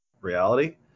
reality